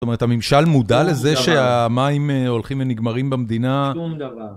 זאת אומרת, הממשל מודע לזה שהמים הולכים ונגמרים במדינה?